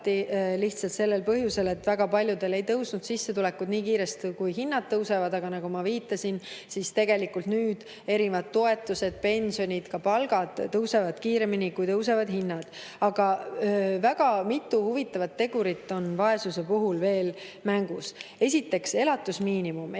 lihtsalt sellel põhjusel, et väga paljudel ei tõusnud sissetulekud nii kiiresti, kui tõusid hinnad. Aga nagu ma viitasin, nüüd erinevad toetused ja pensionid ja ka palgad tõusevad kiiremini, kui tõusevad hinnad. Aga väga mitu huvitavat tegurit on vaesuse puhul veel mängus. Esiteks, elatusmiinimumi